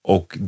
Och